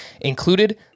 included